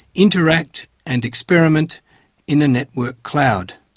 interact and experiment in a network cloud?